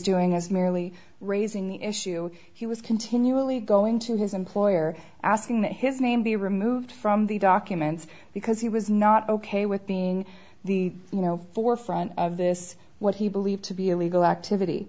doing as merely raising the issue he was continually going to his employer asking that his name be removed from the documents because he was not ok with being the forefront of this what he believed to be illegal activity